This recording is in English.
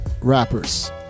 Rappers